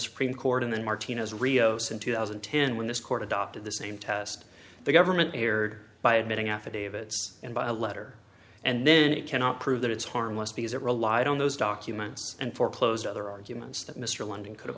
supreme court and then martinez rios in two thousand and ten when this court adopted the same test the government erred by admitting affidavits and by letter and then it cannot prove that it's harmless because it relied on those documents and foreclose other arguments that mr london could